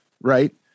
right